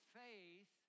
faith